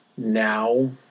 now